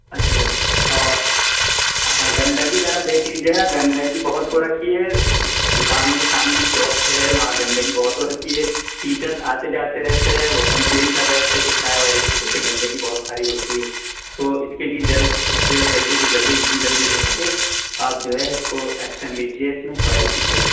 اچھا اچھا اور ہاں گندگی ذرا دیکھ لیجیے گا گندگی بہت ہو رکھی ہے دکانوں کے سامنے شاپس ہے وہاں گندگی بہت ہو رکھی ہے ٹیچرس آتے جاتے رہتے ہیں وہ کمپلین کر رہے تھے کہ چائے والے کی وجہ سے گندگی بہت ساری ہوتی ہے تو اس کے لیے جلد جلدی سے جلدی جتنی جلدی ہو سکے آپ جو ہے اس کو ایکشن لیجیے اس میں کوائری کیجیے گا اس میں